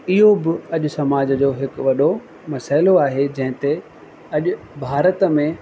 इहो बि अॼु समाज जो हिक वॾो मसइलो आहे जंहिं ते अॼु भारत में